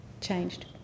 changed